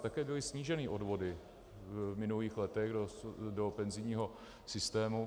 Také byly sníženy odvody v minulých letech do penzijního systému.